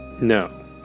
No